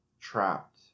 trapped